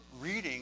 reading